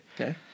Okay